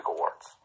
Awards